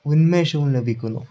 ഉന്മേഷവും ലഭിക്കുന്നു